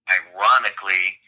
ironically